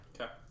okay